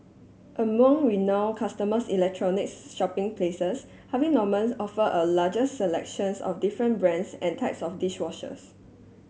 among renown consumers electronics shopping places Harvey Normans offer a largest selections of different brands and types of dish washers